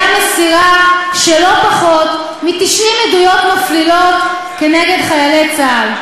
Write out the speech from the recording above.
מסירה של לא פחות מ-90 עדויות מפלילות נגד חיילי צה"ל.